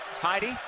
Heidi